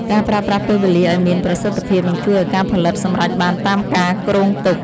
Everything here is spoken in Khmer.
ការប្រើប្រាស់ពេលវេលាឱ្យមានប្រសិទ្ធភាពនឹងជួយឱ្យការផលិតសម្រេចបានតាមការគ្រោងទុក។